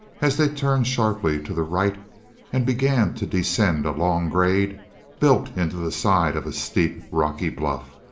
as they turned sharply to the right and began to descend a long grade built into the side of a steep, rocky bluff.